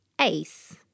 ace